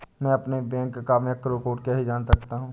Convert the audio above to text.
मैं अपने बैंक का मैक्रो कोड कैसे जान सकता हूँ?